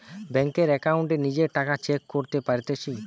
বেংকের একাউন্টে নিজের টাকা চেক করতে পারতেছি